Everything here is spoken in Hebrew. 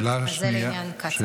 זה לעניין קצא"א.